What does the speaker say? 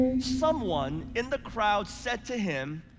someone in the crowd said to him,